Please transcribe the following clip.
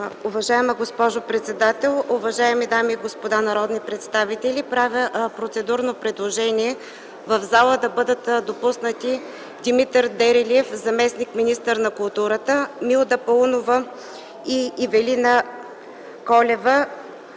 Уважаема госпожо председател, уважаеми дами и господа народни представители! Правя процедурно предложение в залата да бъдат допуснати Димитър Дерелиев – заместник-министър на културата, Милда Паунова и Ивелина Колева